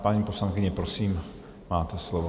Paní poslankyně, prosím, máte slovo.